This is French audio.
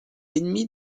ennemi